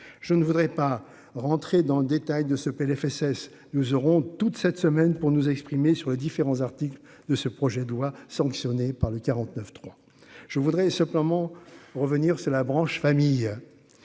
je ne voudrais pas rentrer dans le détail de ce Plfss nous aurons toute cette semaine pour nous exprimer sur les différents articles de ce projet de loi sanctionné par le 49 3 je voudrais simplement revenir c'est la branche famille,